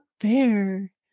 fair